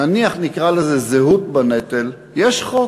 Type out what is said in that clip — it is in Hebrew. נניח נקרא לזה זהות בנטל, יש חוק,